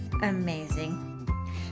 amazing